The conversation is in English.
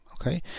okay